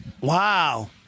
Wow